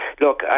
look